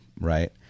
right